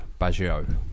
Baggio